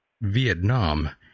Vietnam